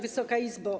Wysoka Izbo!